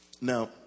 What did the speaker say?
Now